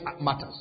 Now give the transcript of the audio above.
matters